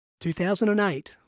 2008